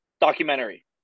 documentary